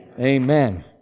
Amen